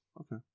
Okay